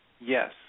yes